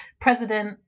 president